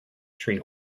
tree